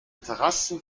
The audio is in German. terrassen